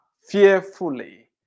fearfully